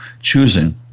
choosing